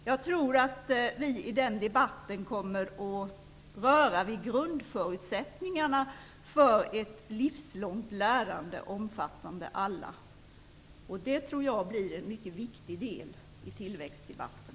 Jag tror att vi i den debatten kommer att röra vid grundförutsättningarna för ett livslångt lärande omfattande alla. Det tror jag blir en mycket viktig del i tillväxtdebatten.